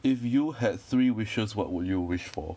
if you had three wishes what would you wish for